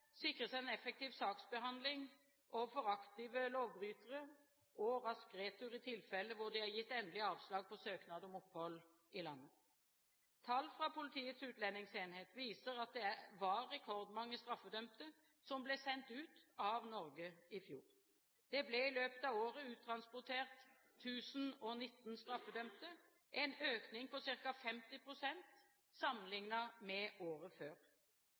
sikres en effektiv saksbehandling overfor aktive lovbrytere og rask retur i tilfeller hvor det er gitt endelig avslag på søknad om opphold i landet. Tall fra Politiets utlendingsenhet viser at det var rekordmange straffedømte som ble sendt ut av Norge i fjor. Det ble i løpet av året uttransportert 1 019 straffedømte – en økning på ca. 50 pst. sammenliknet med året før.